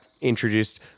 introduced